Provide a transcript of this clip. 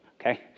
okay